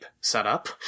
setup